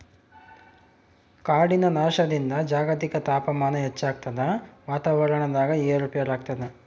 ಕಾಡಿನ ನಾಶದಿಂದ ಜಾಗತಿಕ ತಾಪಮಾನ ಹೆಚ್ಚಾಗ್ತದ ವಾತಾವರಣದಾಗ ಏರು ಪೇರಾಗ್ತದ